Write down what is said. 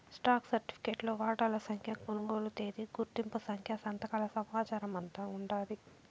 stock సరిఫికెట్లో వాటాల సంఖ్య, కొనుగోలు తేదీ, గుర్తింపు సంఖ్య, సంతకాల సమాచారమంతా ఉండాది